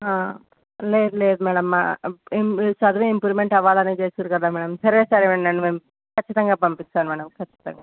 లేద్ లేదు మ్యాడమ్ చదువు ఇంప్రూవ్మెంట్ అవ్వాలని చేసినారు కదా మ్యాడమ్ సరే సరే మ్యాడమ్ నేను పంపి ఖచ్చితంగా పంపిస్తాను మ్యాడమ్ ఖచ్చితంగా